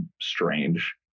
strange